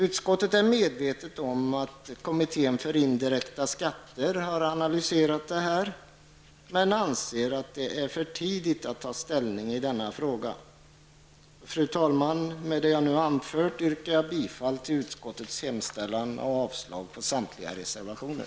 Utskottet är medvetet om att kommittén för indirekta skatter har analyserat detta men anser att det är för tidigt att ta ställning i denna fråga. Fru talman! Med det jag nu anfört yrkar jag bifall till utskottets hemställan och avslag på samtliga reservationer.